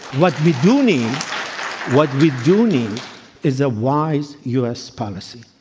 what we do need what we do need is a wise u. s. policy.